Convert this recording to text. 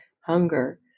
hunger